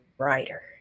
writer